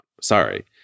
Sorry